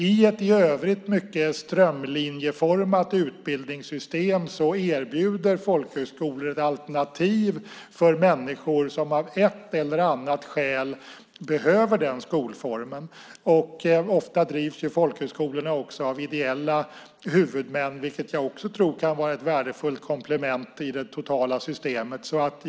I ett i övrigt mycket strömlinjeformat utbildningssystem erbjuder nämligen folkhögskolor ett alternativ för människor som av ett eller annat skäl behöver den skolformen. Ofta drivs folkhögskolorna också av ideella huvudmän, vilket jag tror kan vara ett värdefullt komplement i det totala systemet.